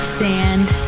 sand